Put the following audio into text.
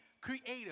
creative